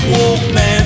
Wolfman